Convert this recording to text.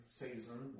season